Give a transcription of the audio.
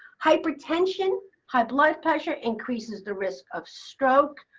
hypertension, high blood pressure increases the risk of stroke.